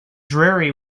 dreary